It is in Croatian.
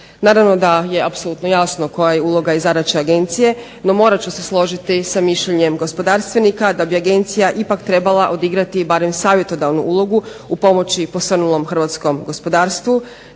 Naravno da je apsolutno jasno koja je uloga i zadaća Agencije, no morat ću se složiti sa mišljenjem gospodarstvenika, da bi Agencija ipak trebala odigrati barem savjetodavnu ulogu u pomoći posrnulom hrvatskom gospodarstvu